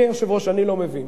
אדוני היושב-ראש, אני לא מבין,